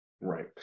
Right